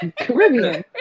Caribbean